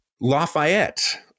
Lafayette